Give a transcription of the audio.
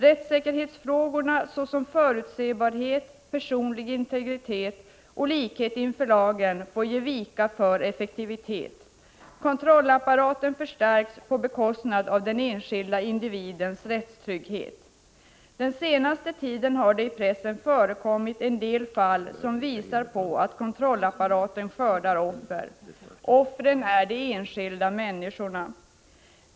Rättssäkerhetsfrågor såsom förutsebarhet, personlig integritet och likhet inför lagen får ge vika för effektivitet. Kontrollapparaten förstärks på bekostnad av den enskilde individens rättstrygghet. Den senaste tiden har det i pressen förekommit en del fall som visar på att kontrollapparaten skördar offer. Offren är de enskilda människorna.